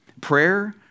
Prayer